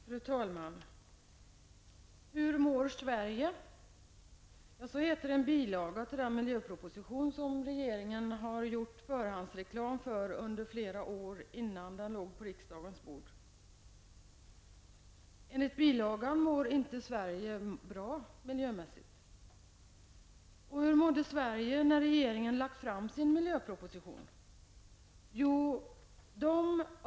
Fru talman! ''Hur mår Sverige?'' Så heter en bilaga till den miljöproposition som regeringen flera år innan den låg på riksdagens bord gjort förhandsreklam för. Enligt bilagan mår Sverige miljömässigt inte bra. Hur mådde Sverige när regeringen lagt fram sin miljöproposition?